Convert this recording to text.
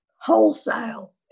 wholesale